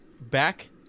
back